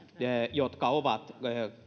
jotka ovat